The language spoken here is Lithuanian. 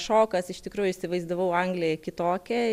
šokas iš tikrųjų įsivaizdavau angliją kitokią